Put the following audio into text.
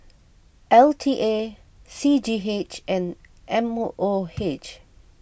L T A C G H and M O H